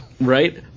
right